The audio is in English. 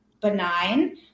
benign